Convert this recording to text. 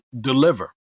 deliver